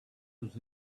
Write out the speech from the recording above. was